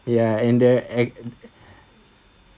ya and there act~